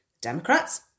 Democrats